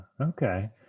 Okay